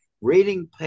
reading